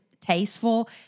tasteful